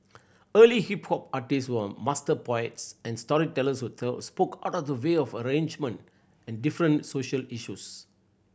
early hip hop artist were master poets and storytellers who tell spoke out the wild arrangement in different social issues